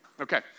Okay